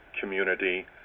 community